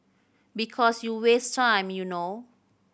because you waste time you know